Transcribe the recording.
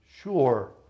sure